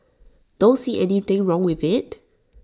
don't see anything wrong with IT